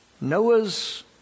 Noah's